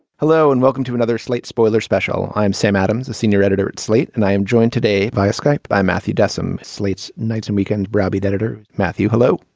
hello and welcome to another slate spoiler special. i'm sam adams the senior editor at slate and i am joined today via skype by matthew dsm slate's nights and we can browbeat editor. matthew hello.